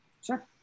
Sure